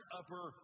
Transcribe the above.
upper